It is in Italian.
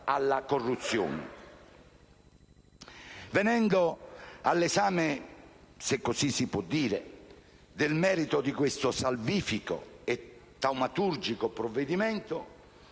alla corruzione. Venendo all'esame - se così si può dire - del merito di questo salvifico e taumaturgico provvedimento,